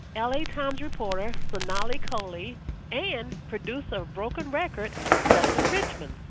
ah la times reporter sonali kohli and producer of broken record justin richmond.